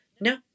no